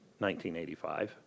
1985